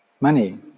money